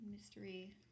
Mystery